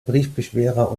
briefbeschwerer